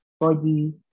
body